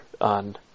on